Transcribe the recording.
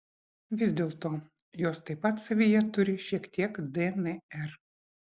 vis dėlto jos taip pat savyje turi šiek tiek dnr